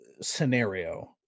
scenario